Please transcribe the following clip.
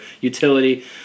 utility